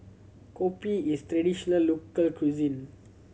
kopi is traditional local cuisine